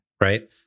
right